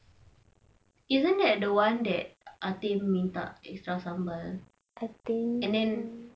isn't it that the one that atin minta extra sambal and then